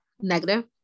negative